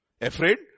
afraid